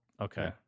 okay